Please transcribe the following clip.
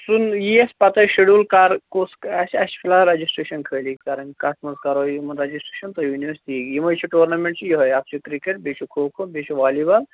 سُنٛد یی اَسہِ پَتَے شُڈوٗل کَر کُس آسہِ اَسہِ چھِ فِلحال رَجِسٹرٛیشَن خٲلی کَرٕنۍ کَتھ منٛز کَرو یِمَن رَجسٹریشن تُہۍ ؤنِو أسۍ ٹھیٖک یِمَے چھِ ٹورنامنٛٹ چھِ یِہے اتھ چھُ کِرکٹ بیٚیہِ چھُ کھو کھو بیٚیہِ چھُ والی بال